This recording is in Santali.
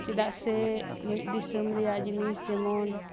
ᱪᱮᱫᱟᱜ ᱥᱮ ᱢᱤᱫ ᱫᱤᱥᱚᱢ ᱨᱮᱭᱟᱜ ᱡᱤᱱᱤᱥ ᱡᱮᱢᱚᱱ